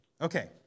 Okay